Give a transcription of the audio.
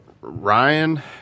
Ryan